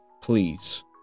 please